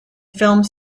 films